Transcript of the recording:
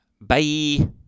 bye